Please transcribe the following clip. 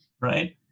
right